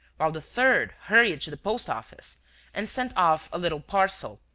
while the third hurried to the post-office and sent off a little parcel,